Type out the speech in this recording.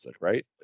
right